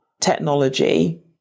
technology